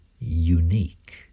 unique